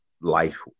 life